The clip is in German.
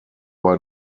bei